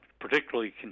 particularly